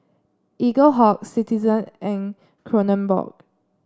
Eaglehawk Citizen and Kronenbourg